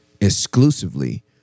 Exclusively